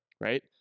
right